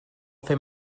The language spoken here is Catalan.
fer